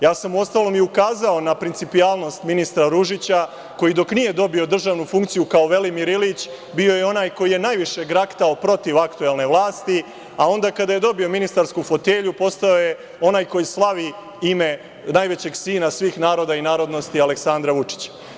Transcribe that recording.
Ja sam upravo i ukazao na principijelnost ministra Ružića, koji dok nije dobio državnu funkciju, kao Velimir Ilić, bio je onaj koji je najviše graktao protiv aktuelne vlasti, a onda kada je dobio ministarsku fotelju postao je onaj koji slavi ime najvećeg sina svih naroda i narodnosti Aleksandra Vučića.